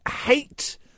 hate